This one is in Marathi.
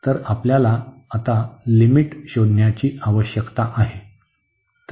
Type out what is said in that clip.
तर आपल्याला आता लिमिट शोधण्याची आवश्यकता आहे